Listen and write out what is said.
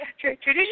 tradition